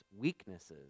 weaknesses